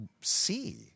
see